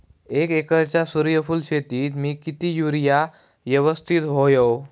एक एकरच्या सूर्यफुल शेतीत मी किती युरिया यवस्तित व्हयो?